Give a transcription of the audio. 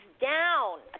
down